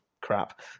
crap